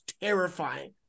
terrifying